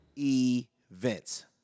events